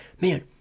man